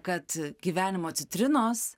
kad gyvenimo citrinos